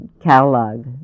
catalog